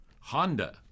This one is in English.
Honda